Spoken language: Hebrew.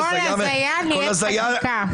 כל הזיה נהיית חקיקה.